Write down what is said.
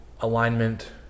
alignment